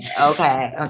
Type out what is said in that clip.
Okay